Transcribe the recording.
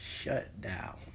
shutdown